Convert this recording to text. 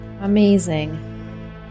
Amazing